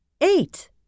eight